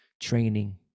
training